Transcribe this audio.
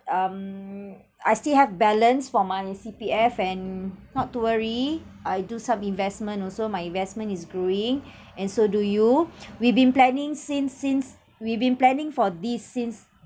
um I still have balance from my C_P_F and not to worry I do some investment also my investment is growing and so do you we've been planning since since we've been planning for this since